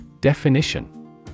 Definition